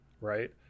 right